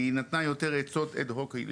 היא נתנה יותר עצות הד הוק.